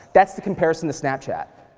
that's the comparison to snapchat.